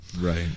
right